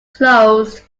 closed